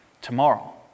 tomorrow